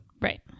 Right